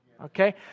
okay